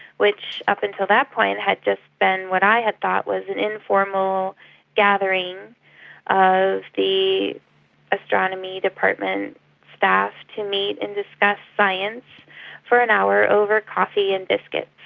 which up until that point had just been what i had thought was an informal gathering of the astronomy department staff to meet and discuss science for an hour over coffee and biscuits.